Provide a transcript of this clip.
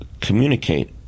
communicate